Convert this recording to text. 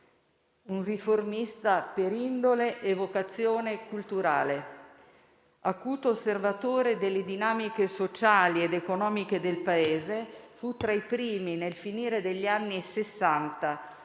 un riformista per indole e vocazione culturale. Acuto osservatore delle dinamiche sociali ed economiche del Paese, fu tra i primi, nel finire degli anni Sessanta,